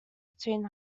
between